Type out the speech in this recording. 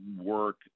work